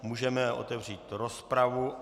Můžeme otevřít rozpravu.